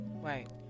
Right